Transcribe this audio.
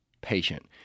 patient